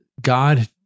God